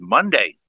Monday